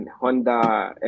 Honda